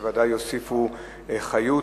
שבוודאי יוסיפו חיות